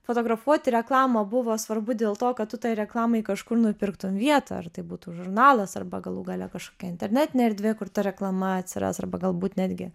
fotografuoti reklamą buvo svarbu dėl to kad tu tai reklamai kažkur nupirktum vietą ar tai būtų žurnalas arba galų gale kažkokia internetinė erdvė kur ta reklama atsiras arba galbūt netgi